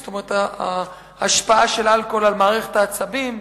זאת אומרת ההשפעה של אלכוהול על מערכת העצבים.